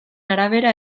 arabera